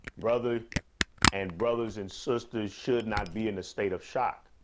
brother and brothers and sisters should not be in a state of shock.